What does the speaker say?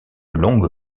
longue